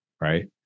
right